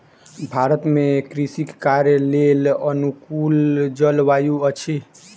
भारत में कृषि कार्यक लेल अनुकूल जलवायु अछि